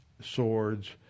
swords